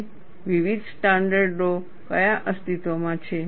અને વિવિધ સ્ટાન્ડર્ડો કયા અસ્તિત્વમાં છે